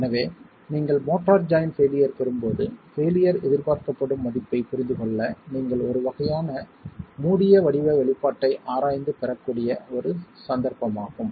எனவே நீங்கள் mortar joint failure பெரும் போது பெயிலியர் எதிர்பார்க்கப்படும் மதிப்பைப் புரிந்துகொள்ள நீங்கள் ஒரு வகையான மூடிய வடிவ வெளிப்பாட்டை ஆராய்ந்து பெறக்கூடிய ஒரு சந்தர்ப்பமாகும்